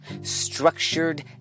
Structured